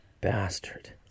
bastard